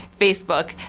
Facebook